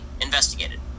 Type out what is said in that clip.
investigated